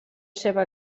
seva